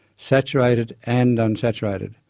saturated and unsaturated.